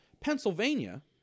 Pennsylvania